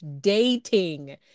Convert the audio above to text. dating